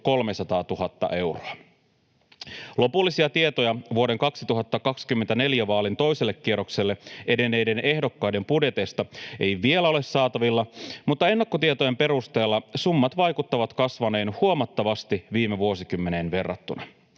300 000 euroa. Lopullisia tietoja vuoden 2024 vaalin toiselle kierrokselle edenneiden ehdokkaiden budjeteista ei vielä ole saatavilla, mutta ennakkotietojen perusteella summat vaikuttavat kasvaneen huomattavasti viime vuosikymmeneen verrattuna.